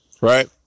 right